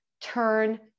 turn